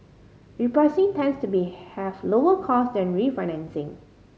repricing tends to be have lower cost than refinancing